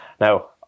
now